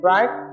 Right